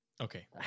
Okay